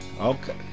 Okay